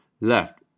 left